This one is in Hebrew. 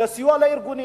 לסיוע לארגונים.